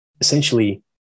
essentially